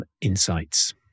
Insights